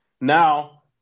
now